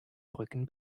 rücken